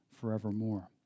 forevermore